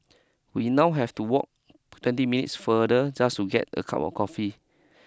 we now have to walk twenty minutes farther just to get a cup of coffee